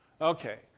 Okay